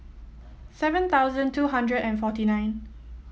seven thousand two hundred and forty nine